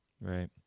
Right